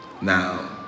now